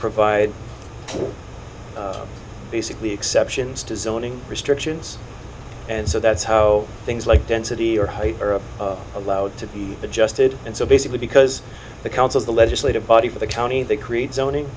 provide basically exceptions to zoning restrictions and so that's how things like density or height are allowed to be adjusted and so basically because the councils the legislative body for the county they create zoning